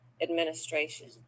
administration